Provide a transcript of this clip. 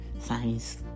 science